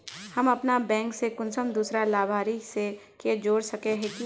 हम अपन बैंक से कुंसम दूसरा लाभारती के जोड़ सके हिय?